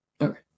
Okay